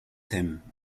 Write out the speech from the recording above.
him